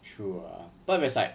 true ah but it's like